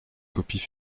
copies